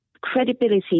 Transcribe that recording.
credibility